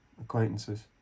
acquaintances